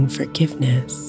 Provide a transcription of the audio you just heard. forgiveness